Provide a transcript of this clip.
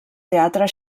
teatre